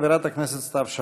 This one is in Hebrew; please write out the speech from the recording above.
חברת הכנסת סתיו שפיר.